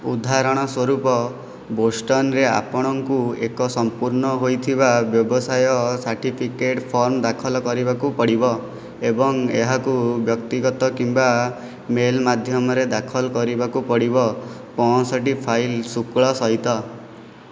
ଉଦାହରଣ ସ୍ୱରୂପ ବୋଷ୍ଟନରେ ଆପଣଙ୍କୁ ଏକ ସମ୍ପୂର୍ଣ୍ଣ ହୋଇଥିବା ବ୍ୟବସାୟ ସାର୍ଟିଫିକେଟ୍ ଫର୍ମ ଦାଖଲ କରିବାକୁ ପଡ଼ିବ ଏବଂ ଏହାକୁ ବ୍ୟକ୍ତିଗତ କିମ୍ବା ମେଲ୍ ମାଧ୍ୟମରେ ଦାଖଲ କରିବାକୁ ପଡ଼ିବ ପଞ୍ଚଷଠି ଫାଇଲ୍ ଶୁଳ୍କ ସହିତ